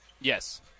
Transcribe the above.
Yes